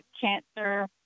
cancer